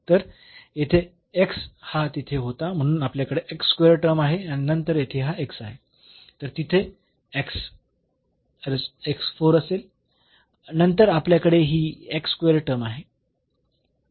तर येथे हा तिथे होता म्हणून आपल्याकडे टर्म आहे आणि नंतर येथे हा आहे तर तिथे x 4 असेल नंतर आपल्याकडे ही टर्म आहे